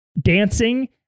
dancing